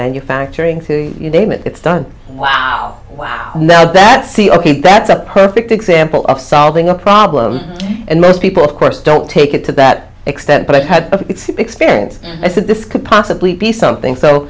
manufacturing to you name it it's done wow wow now that's ok that's a perfect example of solving a problem and most people of course don't take it to that extent but i've had experience i said this could possibly be something so